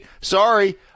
sorry